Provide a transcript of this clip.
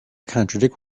contradict